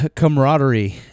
camaraderie